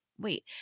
Wait